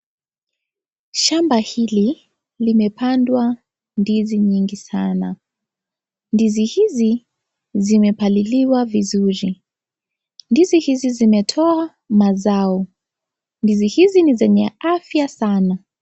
Shamba hili limepandwa ndizi nyingi sana. Ndizi hizi zimepaliliwa vizuri. Ndizi hizi zimetoa mazao. Ndizi hizi ni zenye afya sana.